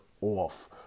off